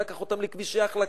והוא לקח אותם לכבישי החלקה,